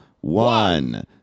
one